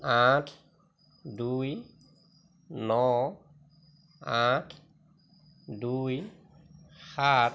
আঠ দুই ন আঠ দুই সাত